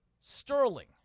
sterling